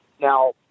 Now